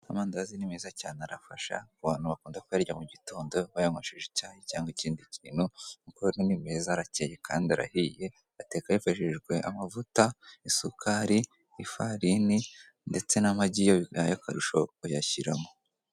Amandazi ni meza cyane arafasha ku bantu bakunda kuyarya mu gitondo bayanywesheje icyayi cyangwa ikindi kintu. Nkuko ubibona ni meza arakeye kandi arahiye atekwa wifashishije amavuta, isukari, ifarini ndetse n'amagi iyo bibaye akarusho uyashyiramo.